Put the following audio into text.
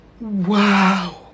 Wow